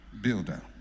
builder